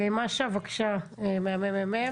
מאשה בבקשה מהממ"מ.